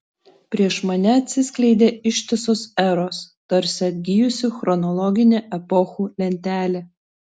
prieš mane atsiskleidė ištisos eros tarsi atgijusi chronologinė epochų lentelė